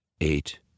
Eight